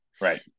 Right